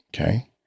okay